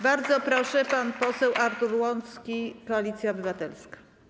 Bardzo proszę, pan poseł Artur Łącki, Koalicja Obywatelska.